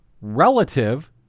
relative